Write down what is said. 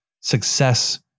success